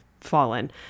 fallen